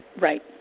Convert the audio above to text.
Right